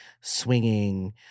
swinging